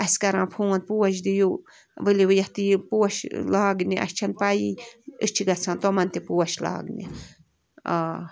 اَسہِ کَران فون پوش دِیِو ؤلِو یَتھ یِیو پوش لاگنہِ اَسہِ چھَنہٕ پَیی أسۍ چھِ گَژھان تِمن تہِ پوش لاگنہِ آ